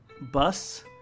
bus